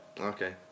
Okay